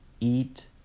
Eat